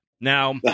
Now